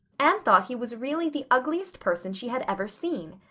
anne thought he was really the ugliest person she had ever seen.